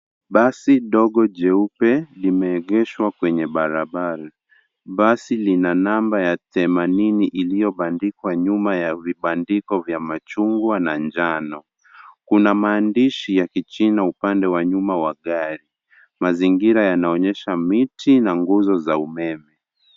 Basi ndogo jeupe limeegeshwa kwenye barabara basi lina namba ya themanini iliyo bandikwa nyuma ya vibandiko vya machungwa na njano. Kuna maandishi ya kichina upande wa nyuma wa gari. Mazingira yanaonyesha miti na nguzo za umeme.